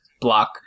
block